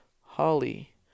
holly